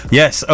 yes